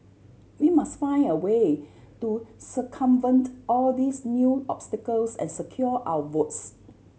we must find a way to circumvent all these new obstacles and secure our votes